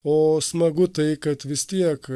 o smagu tai kad vis tiek